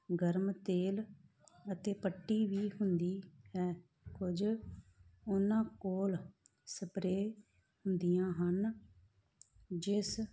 ਗਰਮ ਤੇਲ ਅਤੇ ਪੱਟੀ ਵੀ ਹੁੰਦੀ ਹੈ ਕੁਝ ਉਹਨਾਂ ਕੋਲ ਸਪਰੇ ਹੁੰਦੀਆਂ ਹਨ ਜਿਸ